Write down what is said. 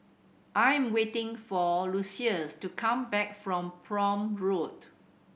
I am waiting for Lucious to come back from Prome Road